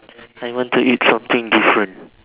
I want to eat something different